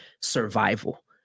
survival